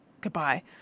Goodbye